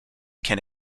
can